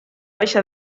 baixa